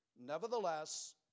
Nevertheless